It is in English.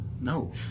No